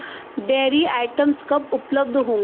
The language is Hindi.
डेरी आइटम्स कब उपलब्ध हों